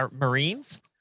Marines